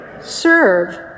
serve